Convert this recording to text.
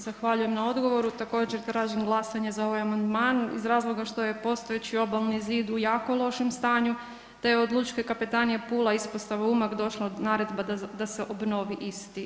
Zahvaljujem na odgovoru, također tražim glasanje za ovaj amandman iz razloga što je postojeći obalni zid u jako lošem stanju te je od Lučke kapetanije Pula, Ispostava Umag došla naredba da se obnovi isti.